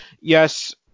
Yes